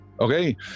Okay